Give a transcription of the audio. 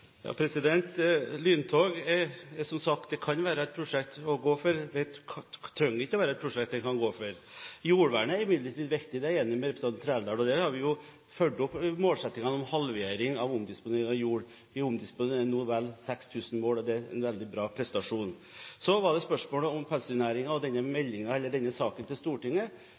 Lyntog kan som sagt være et prosjekt å gå for, men det trenger ikke å være et prosjekt å gå for. Jordvernet er imidlertid viktig, det er jeg enig med representanten Trældal i, og der har vi fulgt opp målsettingene om en halvering av omdisponering av jord. Vi omdisponerer nå vel 6 000 mål, og det er en veldig bra prestasjon. Så til spørsmålet om pelsdyrnæringen og meldingen, eller saken, til Stortinget.